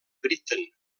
britten